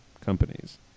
companies